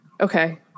Okay